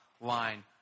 line